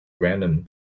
random